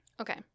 okay